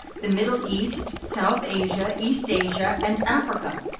the middle east, south asia, east asia, and africa,